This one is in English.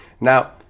now